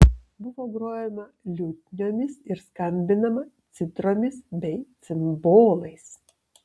buvo grojama liutniomis ir skambinama citromis bei cimbolais